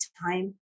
time